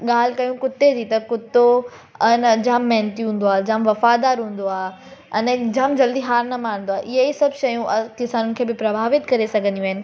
ॻाल्हि कयूं कुते जी त कुते अने जाम महिनती हूंदो आहे जाम वफ़ादारु हूंदो आहे अने जाम जल्दी हार न मञींदो आहे इहे ई सभु शयूं किसाननि खे बि प्रभावित करे सघंदियूं आहिनि